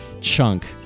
chunk